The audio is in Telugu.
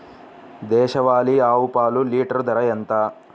దేశవాలీ ఆవు పాలు లీటరు ధర ఎంత?